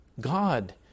God